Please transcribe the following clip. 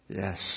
Yes